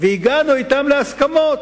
והגענו אתם להסכמות.